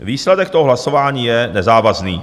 Výsledek toho hlasování je nezávazný.